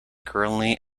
currently